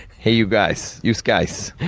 hey you guys, youse guys.